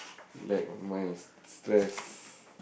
relax all my stress